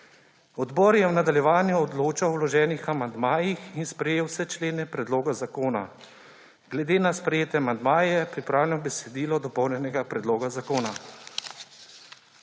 Odbor je v nadaljevanju odločal o vloženih amandmajih in sprejel vse člene predloga zakona. Glede na sprejete amandmaje je pripravljeno besedilo dopolnjenega predloga zakona.